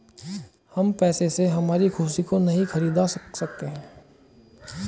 हम पैसे से हमारी खुशी को नहीं खरीदा सकते है